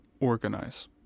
organize